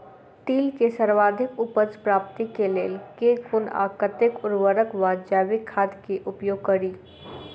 तिल केँ सर्वाधिक उपज प्राप्ति केँ लेल केँ कुन आ कतेक उर्वरक वा जैविक खाद केँ उपयोग करि?